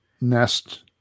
Nest